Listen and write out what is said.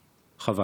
חבל.